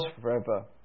forever